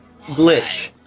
Glitch